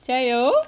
加油